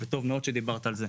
טוב מאוד שדיברת על זה.